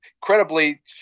credibly